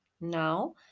Now